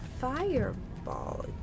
fireball